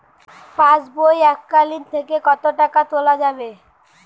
পাশবই এককালীন থেকে কত টাকা তোলা যাবে?